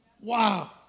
Wow